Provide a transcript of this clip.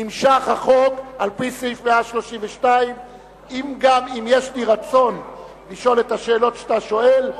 נמשך החוק על-פי סעיף 132. אם יש לי רצון לשאול את השאלות שאתה שואל,